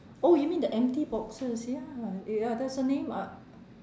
oh you mean the empty boxes ya ya there's a name I